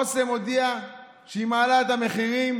ואסם הודיעה שהיא מעלה את המחירים.